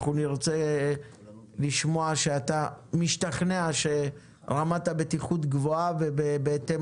אנחנו נרצה לשמוע שאתה משתכנע שרמת הבטיחות גבוהה ובהתאם